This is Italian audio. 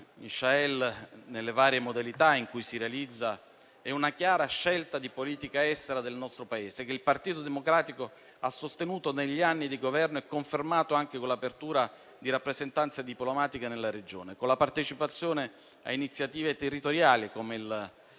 in Sahel, nelle varie modalità in cui si realizza, è una chiara scelta di politica estera del nostro Paese, che il Partito Democratico ha sostenuto negli anni di Governo e confermato anche con l'apertura di rappresentanze diplomatiche nella regione, con la partecipazione a iniziative territoriali come il